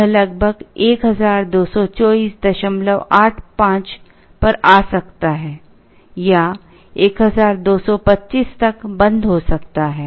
यह लगभग 122485 पर आ सकता है या 1225 तक बंद हो सकता है